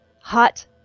Hot